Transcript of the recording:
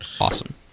Awesome